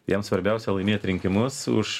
jam svarbiausia laimėt rinkimus už